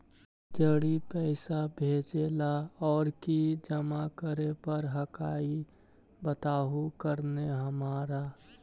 जड़ी पैसा भेजे ला और की जमा करे पर हक्काई बताहु करने हमारा?